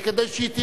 כדי שהיא תראה,